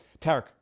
Tarek